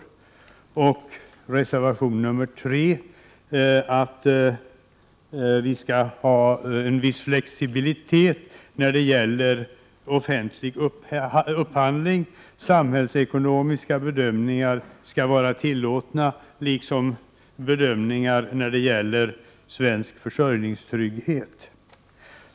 Jag yrkar även bifall till reservation 3, där det föreslås att vi skall ha en viss flexibilitet när det gäller offentlig upphandling. Samhällsekonomiska bedömningar skall vara tillåtna, liksom bedömningar avseende svensk försörjningstrygghet.